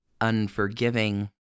unforgiving